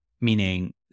Meaning